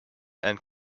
and